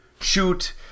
shoot